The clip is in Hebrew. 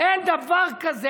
אין דבר כזה.